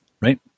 right